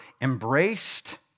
embraced